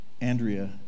Andrea